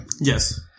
Yes